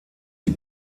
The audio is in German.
die